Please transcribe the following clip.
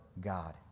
God